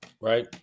right